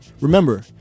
remember